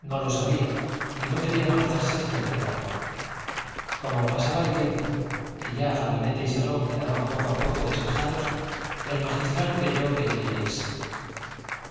no lo sabía y no quería marcharse sin averiguarlo como pasaba el tiempo y ya gabinete y salón quedaban poco a poco despejados el magistral creyó que debía irse